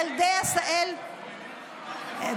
ילדי עשהאל איפה בנט?